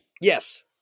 Yes